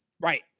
Right